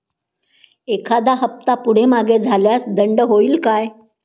एखादा हफ्ता पुढे मागे झाल्यास दंड होईल काय?